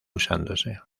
usándose